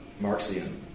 Marxian